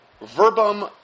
Verbum